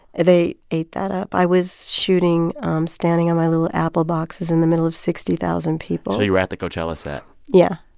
they ate that up. i was shooting um standing on my little apple boxes in the middle of sixty thousand people so you were at the coachella set yeah.